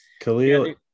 Khalil